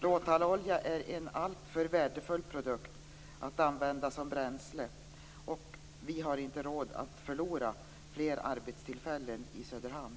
Råtallolja är en alltför värdefull produkt att använda som bränsle. Vi har inte råd att förlora fler arbetstillfällen i Söderhamn.